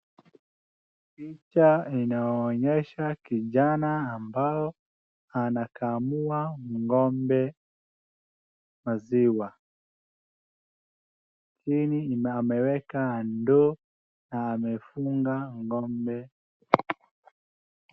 Picha inaonyesha kijana ambao anakamua ng'ombe maziwa, ili na ameweka ndoo na amefunga ng'ombe.